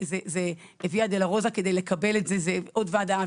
זו ויה דולורוזה לקבל את זה זו עוד ועדה,